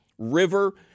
River